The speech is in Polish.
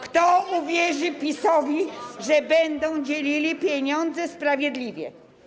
Kto uwierzy PiS, że będą dzielili pieniądze sprawiedliwie?